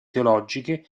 teologiche